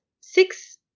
six